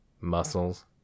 muscles